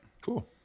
Cool